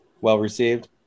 well-received